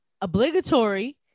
obligatory